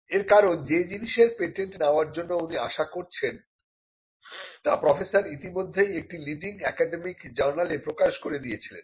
এর কারণ যে জিনিসের পেটেন্ট নেওয়ার জন্য উনি আশা করছেন তা প্রফেসর ইতিমধ্যেই একটি লিডিং একাডেমিক জার্নালে প্রকাশ করে দিয়েছিলেন